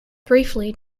briefly